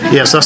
Yes